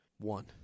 one